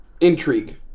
intrigue